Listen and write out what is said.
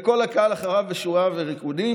וכל הקהל אחריו בשירה וריקודים.